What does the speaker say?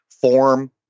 form